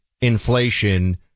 inflation